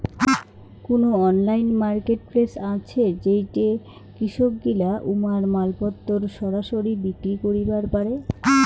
কুনো online marketplace আছে যেইঠে কৃষকগিলা উমার মালপত্তর সরাসরি বিক্রি করিবার পারে?